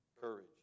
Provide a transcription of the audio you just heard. courage